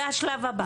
זה השלב הבא.